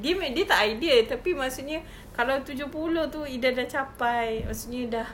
dia me~ dia tak ideal tapi maksudnya kalau tujuh puluh ida sudah capai maksudnya sudah